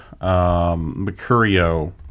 Mercurio